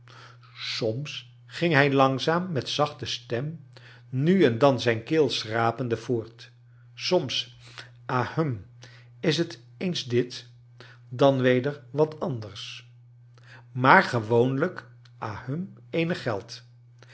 soms ging hij langzaam met zachte stem nu en dan zijn keel schrapende voort soms ahem is t eens dit dan weder wat anders maar gewoonlijk ahem eenig geld